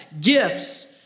gifts